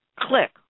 Click